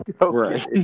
Right